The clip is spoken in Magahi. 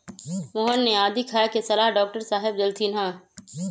मोहन के आदी खाए के सलाह डॉक्टर साहेब देलथिन ह